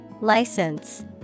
License